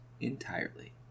entirely